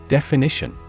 Definition